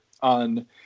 on